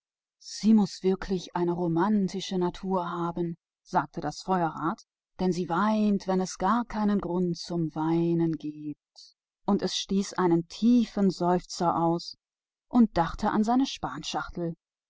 sie muß wirklich sehr romantisch veranlagt sein sagte das feuerrad denn sie weint wo gar nichts zu weinen ist und es stieß einen tiefen seufzer aus und dachte an seine